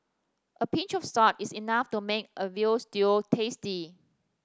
a pinch of salt is enough to make a veal stew tasty